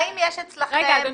אדוני,